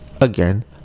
Again